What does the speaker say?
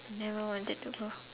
never wanted to go